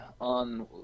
on